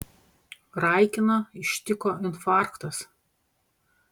raikiną ištiko infarktas